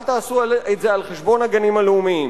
אל תעשו את זה על חשבון הגנים הלאומיים.